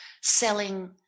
selling